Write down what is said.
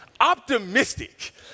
Optimistic